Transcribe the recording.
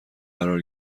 قرار